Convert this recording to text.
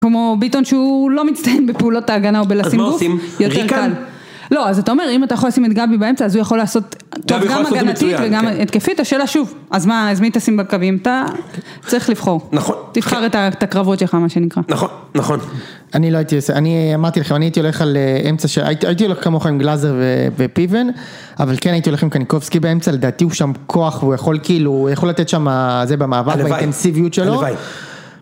כמו ביטון שהוא לא מצטיין בפעולות ההגנה או בלשים בוף, יותר קל. לא, אז אתה אומר אם אתה יכול לשים את גבי באמצע, אז הוא יכול לעשות, גם הגנתית וגם התקפית, השאלה שוב, אז מה, אז מי אתה שים בקווים? אתה צריך לבחור, תבחר את הקרבות שלך מה שנקרא. נכון, נכון. אני לא הייתי, אני אמרתי לכם, אני הייתי הולך על אמצע של, הייתי הולך כמוך עם גלאזר ופיוון, אבל כן הייתי הולך עם קניקובסקי באמצע, לדעתי הוא שם כוח, הוא יכול כאילו, הוא יכול לתת שם זה במאבק והאינטנסיביות שלו.